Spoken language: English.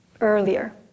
earlier